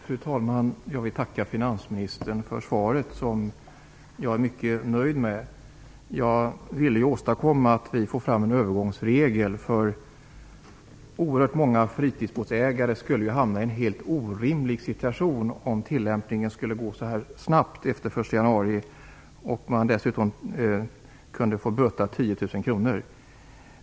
Fru talman! Jag vill tacka finansministern för svaret, som jag är mycket nöjd med. Jag ville åstadkomma att vi får fram en övergångsregel, för oerhört många fritidsbåtsägare skulle hamna i en helt orimlig situation om tillämpningen skulle komma så här snabbt efter den 1 januari och man dessutom kunde få böta 10 000 kr.